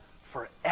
forever